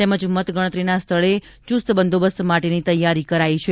તેમજ મતગણતરીના સ્થળે ચુસ્ત બંદોબસ્ત માટેની તૈયારી કરાઇ છે